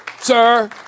sir